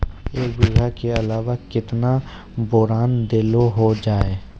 एक बीघा के अलावा केतना बोरान देलो हो जाए?